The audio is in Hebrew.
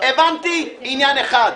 הבנתי עניין אחד.